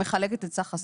מחלקת את סך הסכום.